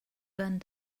burned